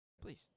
Please